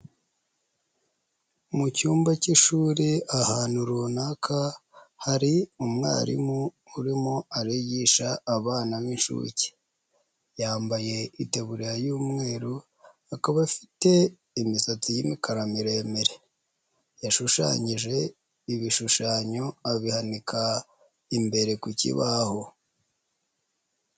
Mu cyumba cy'ishuri ahantu runaka hari umwarimu urimo arigisha abana b'inshuke, yambaye itaburiya y'umweru, akaba afite imisatsi y'imikara miremire, yashushanyije ibishushanyo abihanika imbere ku kibaho.